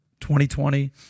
2020